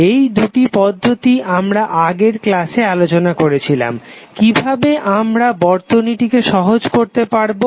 এই দুটি পদ্ধতি আমরা আগের ক্লাসে আলোচনা করেছিলাম কিভাবে আমরা বর্তনীটিকে সহজ করতে পারবো